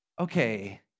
okay